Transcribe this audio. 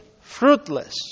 fruitless